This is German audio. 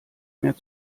mehr